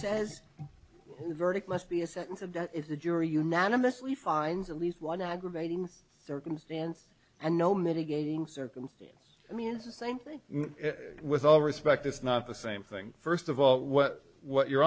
verdict must be a sentence of if the jury unanimously finds at least one aggravating circumstance and no mitigating circumstance i mean it's the same thing with all respect it's not the same thing first of all what what your